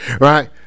right